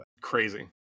Crazy